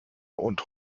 und